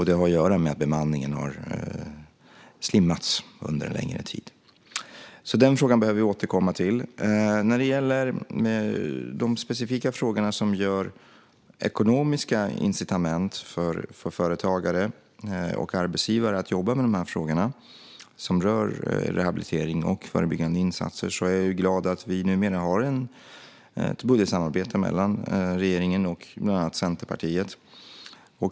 Det har att göra med att bemanningen har slimmats under en längre tid. Den frågan behöver vi återkomma till. När det gäller de specifika frågorna om ekonomiska incitament för företagare och arbetsgivare att jobba med de här frågorna som rör rehabilitering och förebyggande insatser är jag glad att vi numera har ett budgetsamarbete mellan regeringen och bland annat Centerpartiet.